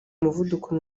umuvuduko